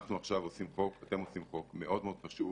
אתם עושים חוק מאוד מאוד חשוב